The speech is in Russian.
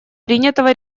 принятого